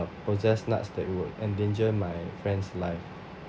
possess nuts that would endanger my friend's life